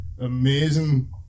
amazing